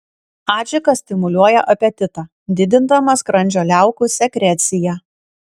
adžika stimuliuoja apetitą didindama skrandžio liaukų sekreciją